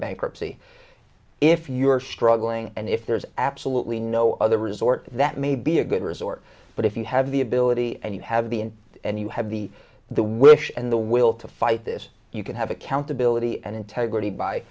bankruptcy if you are struggling and if there's absolutely no other resort that may be a good resort but if you have the ability and you have been and you have the the wish and the will to fight this you can have accountability and integrity by